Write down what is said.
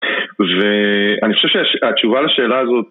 ואני חושב שהתשובה לשאלה הזאת